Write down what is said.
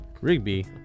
Rigby